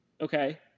okay